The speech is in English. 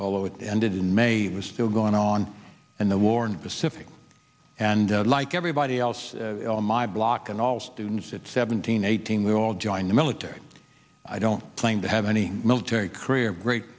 although it ended in may was still going on in the war and pacific and like everybody else on my block and all students at seventeen eighteen we all joined the military i don't claim to have any military career great